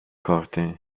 corte